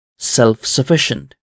self-sufficient